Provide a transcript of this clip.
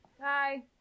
Bye